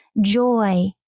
joy